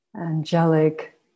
angelic